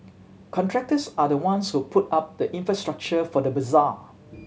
contractors are the ones who put up the infrastructure for the bazaar